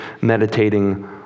meditating